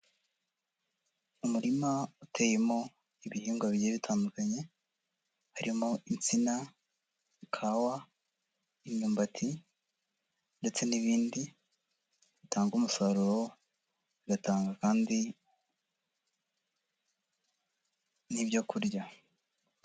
Umurima uteyemo ibihingwa bigiye bitandukanye, harimo insina, ikawa, imyumbati ndetse n'ibindi bitanga umusaruro, bigatanga kandi n'ibyo kurya.